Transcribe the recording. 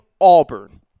Auburn